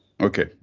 Okay